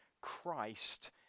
Christ